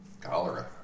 Cholera